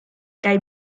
kaj